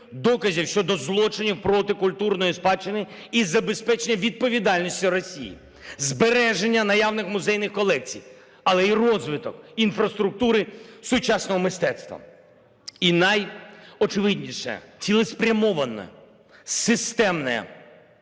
доказів щодо злочинів проти культурної спадщини і забезпечення відповідальності Росії. Збереження наявних музейних колекцій, але і розвиток інфраструктури сучасного мистецтва. І найочевидніше, цілеспрямоване системне